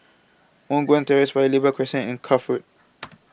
Moh Guan Terrace Paya Lebar Crescent and Cuff Road